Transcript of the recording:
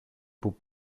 πού